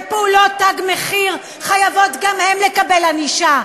ופעולות "תג מחיר" חייבות גם הן לקבל ענישה.